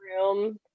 room